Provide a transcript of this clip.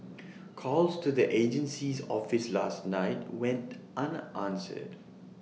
calls to the agency's office last night went unanswered